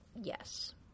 yes